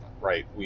right